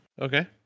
Okay